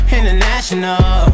International